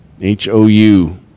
H-O-U